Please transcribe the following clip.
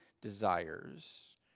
desires